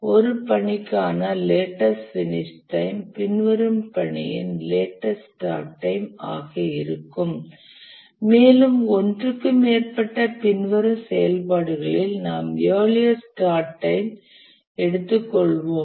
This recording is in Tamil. ஒரு பணிக்கான லேட்டஸ்ட் பினிஷ் டைம் பின்வரும் பணியின் லேட்டஸ்ட் ஸ்டார்ட் டைம் ஆக இருக்கும் மேலும் ஒன்றுக்கு மேற்பட்ட பின்வரும் செயல்பாடுகளில் நாம் இயர்லியஸ்ட் ஸ்டார்ட் டைம் ஐ எடுத்துக்கொள்வோம்